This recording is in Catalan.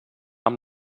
amb